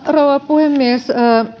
rouva puhemies